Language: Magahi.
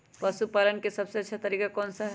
पशु पालन का सबसे अच्छा तरीका कौन सा हैँ?